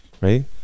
right